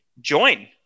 join